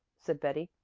said betty,